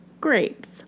grapes